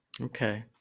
okay